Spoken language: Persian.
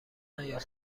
نیاد